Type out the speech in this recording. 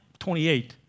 28